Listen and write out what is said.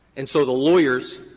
and so the lawyers